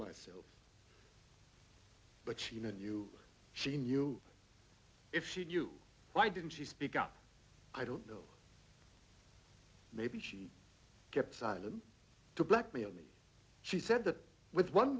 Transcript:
myself but she knew she knew if she knew why didn't she speak up i don't know maybe she kept silent to blackmail me she said that with one